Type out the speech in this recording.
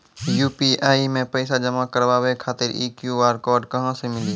UPI मे पैसा जमा कारवावे खातिर ई क्यू.आर कोड कहां से मिली?